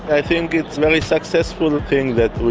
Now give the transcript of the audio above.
i think it's many successful things that we